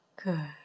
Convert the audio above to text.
Good